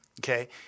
Okay